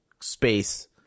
space